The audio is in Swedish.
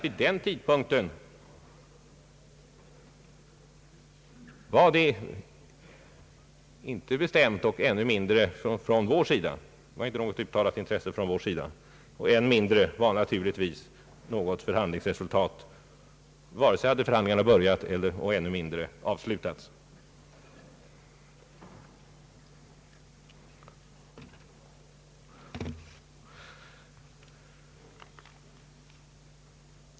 Vid den tidpunkten var ännu ingenting bestämt, inget intresse hade uttalats från vår sida, förhandlingar hade inte påbörjats och ännu mindre avslutats.